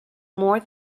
more